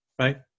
right